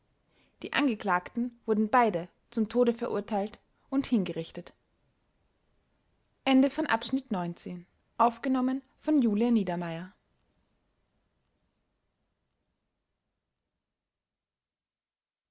dieser mann wurde selbstverständlich zum tode verurteilt und hingerichtet